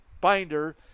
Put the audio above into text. binder